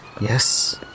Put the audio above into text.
Yes